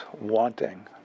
wanting